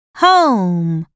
home